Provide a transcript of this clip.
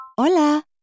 Hola